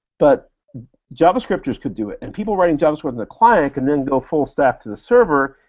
but javascripters could do it, and people writing javascript in the client can then go full staff to the server,